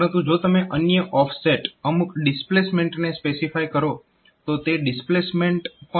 પરંતુ જો તમે અન્ય ઓફસેટ અમુક ડિસ્પ્લેસમેન્ટને સ્પેસિફાય કરો તો તે ડિસ્પ્લેસમેન્ટ પણ ઉમેરવામાં આવશે